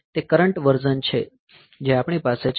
તે current version છે જે આપણી પાસે છે